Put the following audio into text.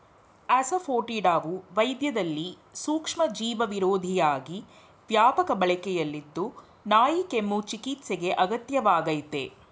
ಅಸಾಫೋಟಿಡಾವು ವೈದ್ಯದಲ್ಲಿ ಸೂಕ್ಷ್ಮಜೀವಿವಿರೋಧಿಯಾಗಿ ವ್ಯಾಪಕ ಬಳಕೆಯಲ್ಲಿದ್ದು ನಾಯಿಕೆಮ್ಮು ಚಿಕಿತ್ಸೆಗೆ ಅಗತ್ಯ ವಾಗಯ್ತೆ